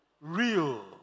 real